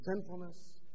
sinfulness